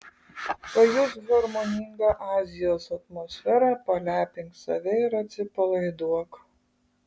pajusk harmoningą azijos atmosferą palepink save ir atsipalaiduok